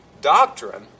doctrine